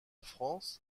france